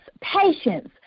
patience